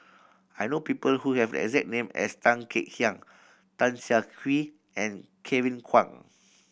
I know people who have exact name as Tan Kek Hiang Tan Siah Kwee and Kevin Kwan